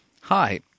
Hi